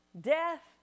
death